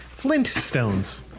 Flintstones